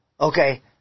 Okay